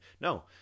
No